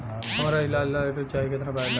हमका ईलाज ला ऋण चाही केतना ब्याज लागी?